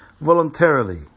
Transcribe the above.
voluntarily